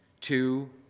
two